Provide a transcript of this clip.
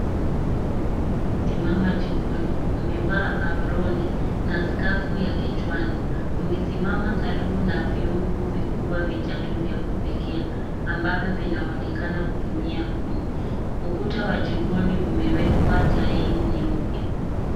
Amesimama jikoni, amevaa aproni na skafu ya kichwani. Amesimama karibu na vyungu vikubwa vitatu vya kupikia ambavyo vinaonekana kutumia kuni. Ukuta wa jikoni umewekwa taili nyeupe.